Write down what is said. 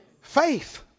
Faith